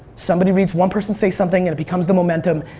somebody reads one person say something and it becomes the momentum.